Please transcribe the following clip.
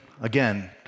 again